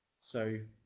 so